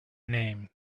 name